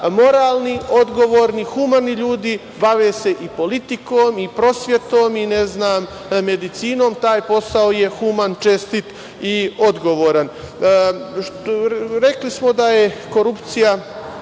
moralni, odgovorni, humani ljudi bave i politikom i prosvetom i medicinom, taj posao je human, čestit i odgovoran. Rekli smo da je korupcija